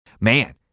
man